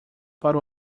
para